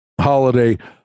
holiday –